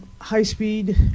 high-speed